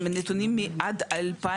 הנתונים הם נתונים עד 2015,